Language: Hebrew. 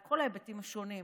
על כל ההיבטים השונים,